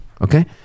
okay